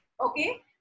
okay